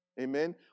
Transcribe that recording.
Amen